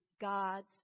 God's